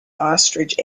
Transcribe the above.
ostrich